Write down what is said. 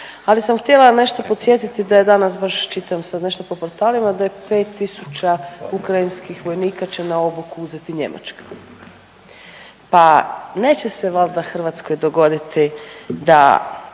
Ali sam htjela nešto podsjetiti da je danas baš čitam sad nešto po portalima da je 5.000 ukrajinskih vojnika će na obuku uzeti Njemačka, pa neće se valda Hrvatskoj dogoditi da